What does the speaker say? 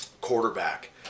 quarterback